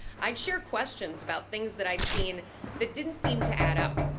i'd share questions about things that i'd seen that didn't seem to add up.